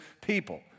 people